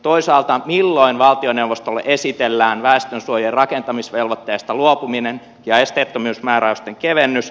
toisaalta milloin valtioneuvostolle esitellään väestönsuojien rakentamisvelvoitteesta luopuminen ja esteettömyysmääräysten kevennys